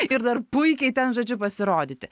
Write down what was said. ir dar puikiai ten žodžiu pasirodyti